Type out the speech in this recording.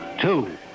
Two